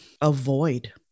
avoid